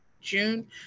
June